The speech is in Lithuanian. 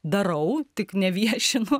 darau tik neviešinu